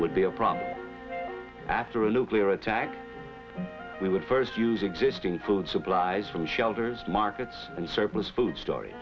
would be a problem after a locally or attack we would first use existing food supplies from shelters markets and surplus food stor